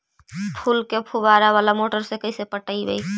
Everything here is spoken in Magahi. फूल के फुवारा बाला मोटर से कैसे पटइबै?